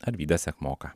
arvydą sekmoką